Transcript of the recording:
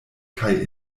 kaj